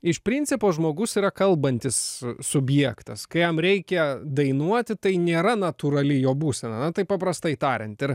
iš principo žmogus yra kalbantis subjektas kai jam reikia dainuoti tai nėra natūrali jo būsena na taip paprastai tariant ir